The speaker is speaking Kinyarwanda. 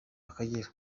akagera